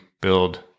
build